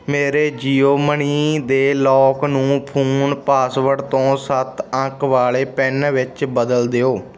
ਮੇਰੇ ਜੀਓ ਮਨੀ ਦੇ ਲੌਕ ਨੂੰ ਫ਼ੋਨ ਪਾਸਵਰਡ ਤੋਂ ਸੱਤ ਅੰਕ ਵਾਲੇ ਪਿੰਨ ਵਿੱਚ ਬਦਲ ਦਿਓ